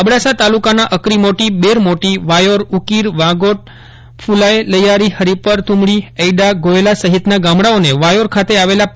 અબડાસા તાલુકાનાં અકરી મોટી બેર મોટી વાયોર ઉકીર વાગોઠ ફલાથ લૈથારી ફરિપર થુમડી ઐડા ગોથલા સફિતનાં ગામડાઓને વાયોર ખાતે આવેલા પા